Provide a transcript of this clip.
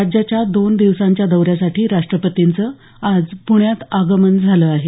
राज्याच्या दोन दिवसांच्या दौऱ्यासाठी राष्ट्रपतींचं आज पुण्यात आगमन झालं आहे